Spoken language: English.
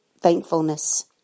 thankfulness